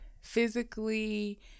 physically